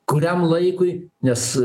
kuriam laikui nes